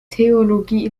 theologie